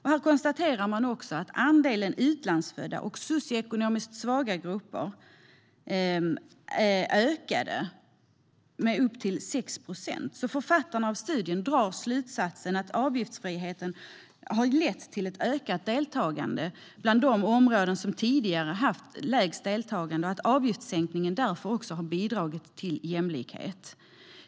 Här konstaterar man också att andelen utlandsfödda och socioekonomiskt svaga grupper ökade med upp till 6 procent. Författarna till studien drar slutsatsen att avgiftsfriheten har lett till ett ökat deltagande i de områden som tidigare haft lägst deltagande och att avgiftssänkningen därför också har bidragit till ökad jämlikhet.